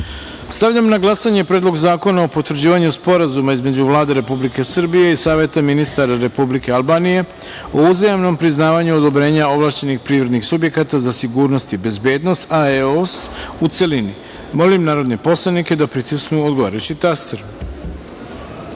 na glasanje Predlog zakona o potvrđivanju Sporazuma između Vlade Republike Srbije i Saveta ministara Republike Albanije o uzajamnom priznavanju odobrenja ovlašćenih privrednih subjekata za sigurnost i bezbednost (AEOS), u celini. Molim narodne poslanike da pritisnu odgovarajući